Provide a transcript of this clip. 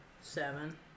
Seven